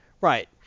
Right